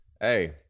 hey